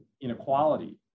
inequality